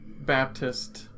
Baptist